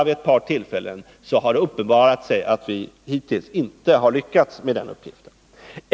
Vid ett par tillfällen har det alltså uppenbarat sig att vi hittills inte har lyckats med den här uppgiften.